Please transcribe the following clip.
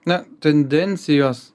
ne tendencijos